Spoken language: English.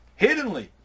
hiddenly